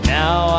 now